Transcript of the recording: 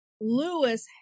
Lewis